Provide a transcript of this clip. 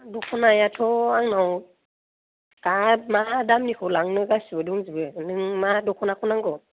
दखनायाथ' आंनाव मा दामनिखौ लांनो गासिबो दंजोबो नों मा दख'नाखौ नांगौ